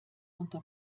unter